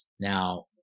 Now